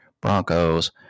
Broncos